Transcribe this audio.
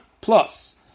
plus